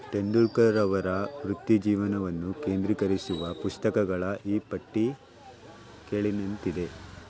ತೆಂಡೂಲ್ಕರ್ ಅವರ ವೃತ್ತಿಜೀವನವನ್ನು ಕೇಂದ್ರೀಕರಿಸುವ ಪುಸ್ತಕಗಳ ಈ ಪಟ್ಟಿ ಕೆಳಗಿನಂತಿದೆ